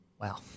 Wow